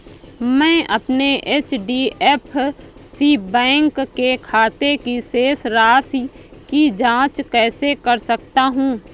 मैं अपने HDFC bank के खाते की शेष राशि की जाँच कैसे कर सकता हूँ?